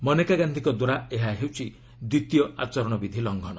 ମନେକା ଗାନ୍ଧିଙ୍କଦ୍ୱାରା ଏହା ହେଉଛି ଦ୍ୱିତୀୟ ଆଚରଣ ବିଧି ଲଙ୍ଘନ